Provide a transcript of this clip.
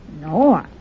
No